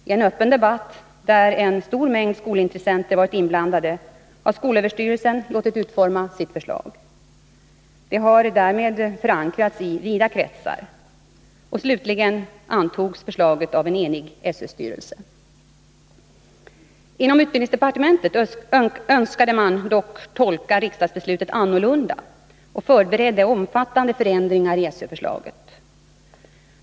I en öppen debatt, där en stor mängd skolintressenter varit inblandade, har skolöverstyrelsen låtit utforma sitt förslag. Det har därmed förankrats i vida kretsar. Slutligen antogs förslaget av en enig SÖ-styrelse. Inom utbildningsdepartementet önskade man dock tolka riksdagsbesluten annorlunda och förberedde omfattande förändringar i SÖ-förslaget.